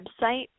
website